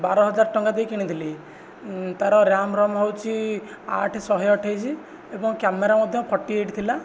ବାର ହଜାର ଟଙ୍କା ଦେଇ କିଣିଥିଲି ତା'ର ରାମ ରମ ହେଉଛି ଆଠ ଶହେ ଅଠେଇଶି ଏବଂ କ୍ୟାମେରା ମଧ୍ୟ ଫର୍ଟିଏଇଟ ଥିଲା